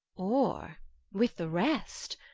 or with the rest,